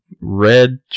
red